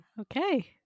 Okay